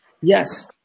Yes